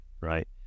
right